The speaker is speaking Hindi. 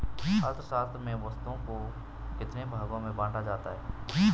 अर्थशास्त्र में वस्तुओं को कितने भागों में बांटा जाता है?